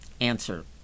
Answer